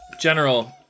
general